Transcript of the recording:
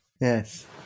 Yes